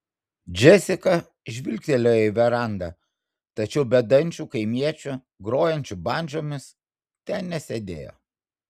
džesika žvilgtelėjo į verandą tačiau bedančių kaimiečių grojančių bandžomis ten nesėdėjo